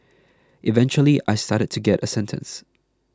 eventually I started to get a sentence